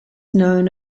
known